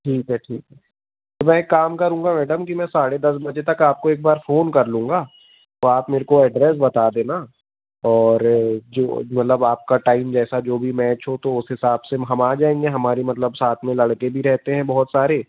ठीक है ठीक है तो मैं एक काम करूँगा मैडम कि मैं साढ़े दस बजे तक आपको एक बार फ़ोन कर लूँगा तो आप मेरे को एड्रेस बता देना और जो मतलब आपका टाइम जैसा जो भी मैच हो तो उस हिसाब से हम आ जाएंगे हमारी मतलब साथ में लड़के भी रहते हैं बहुत सारे